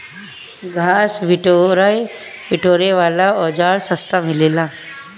घास बिटोरे वाला औज़ार सस्ता मिलेला